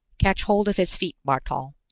catch hold of his feet, bartol.